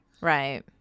Right